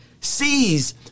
sees